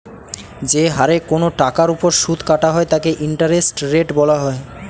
যে হারে কোন টাকার উপর সুদ কাটা হয় তাকে ইন্টারেস্ট রেট বলা হয়